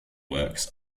works